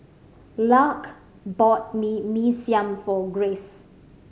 Lark bought me Mee Siam for Grace